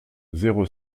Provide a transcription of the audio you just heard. zéro